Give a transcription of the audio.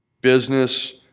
business